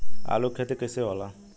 आलू के खेती कैसे होला?